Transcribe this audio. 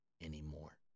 anymore